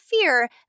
fear